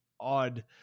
odd